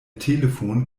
telefon